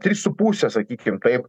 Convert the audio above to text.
trys su puse sakykim taip